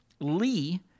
Lee